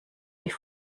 wie